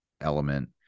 element